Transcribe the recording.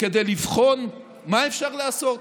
כדי לבחון מה אפשר לעשות.